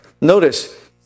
Notice